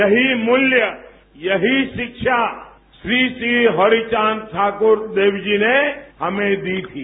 यहीं मूल्य यहीं शिक्षा श्री श्री हरिचांद ठाक्र देव जी ने हमें दी थी